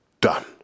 Done